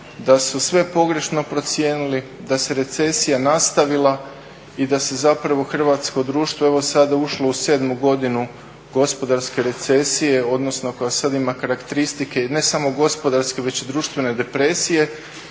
da su sve pogrešno procijenili, da se recesija nastavila i da se zapravo hrvatsko društvo, evo sada ušlo u 7. godinu gospodarske recesije, odnosno koja sada ima karakteristika, i ne samo gospodarske, već i društvene depresije